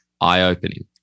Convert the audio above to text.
eye-opening